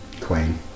queen